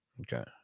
Okay